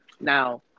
Now